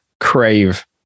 crave